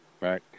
Right